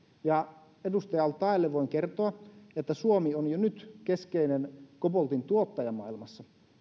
edustaja al taeelle voin kertoa että suomi on jo nyt keskeinen koboltintuottaja maailmassa